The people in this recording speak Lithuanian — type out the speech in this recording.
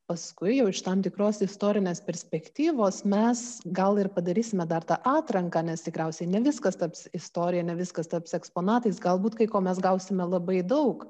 paskui jau iš tam tikros istorinės perspektyvos mes gal ir padarysime dar tą atranką nes tikriausiai ne viskas taps istorija ne viskas taps eksponatais galbūt kai ko mes gausime labai daug